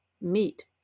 meat